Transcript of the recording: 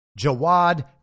Jawad